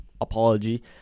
apology